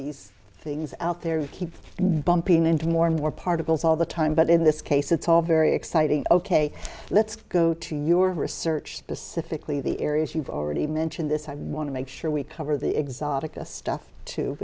these things out there keep bumping into more and more particles all the time but in this case it's all very exciting ok let's go to your research specifically the areas you've already mentioned this i want to make sure we cover the exotica stuff too